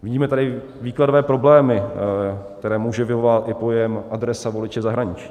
Vidíme tady výkladové problémy, které může vyvolávat i pojem adresa voliče v zahraničí.